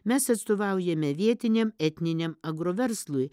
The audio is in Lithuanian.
mes atstovaujame vietiniam etniniam agroverslui